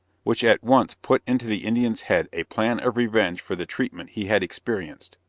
which at once put into the indian's head a plan of revenge for the treatment he had experienced.